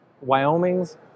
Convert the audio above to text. wyoming's